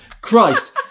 Christ